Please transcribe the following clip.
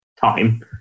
time